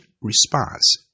response